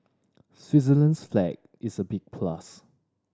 Switzerland's flag is a big plus